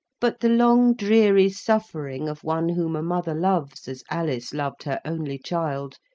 but the long dreary suffering of one whom a mother loves as alice loved her only child,